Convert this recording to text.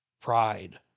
Pride